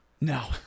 No